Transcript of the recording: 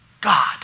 God